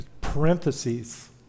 parentheses